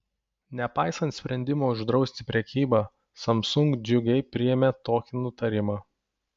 nepaisant sprendimo uždrausti prekybą samsung džiugiai priėmė tokį nutarimą